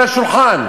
על השולחן.